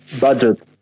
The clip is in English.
Budget